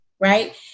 right